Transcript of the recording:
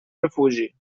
refugi